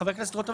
חבר הכנסת רוטמן,